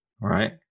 Right